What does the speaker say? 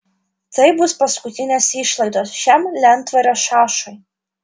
tai bus paskutinės išlaidos šiam lentvario šašui